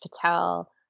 Patel